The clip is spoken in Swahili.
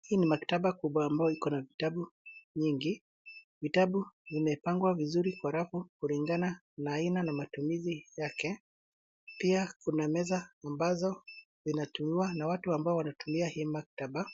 Hii ni maktaba kubwa ambayo iko vitabu nyingi. Vitabu vimepangwa kwa rafu kulingana na aina na matumizi yake. Pia kuna meza ambazo vinatumiwa na watu wanaotumia hii maktaba.